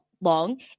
long